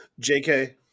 JK